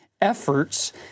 efforts